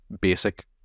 basic